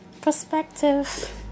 perspective